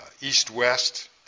east-west